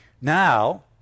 Now